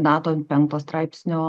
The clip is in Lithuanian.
nato ant penkto straipsnio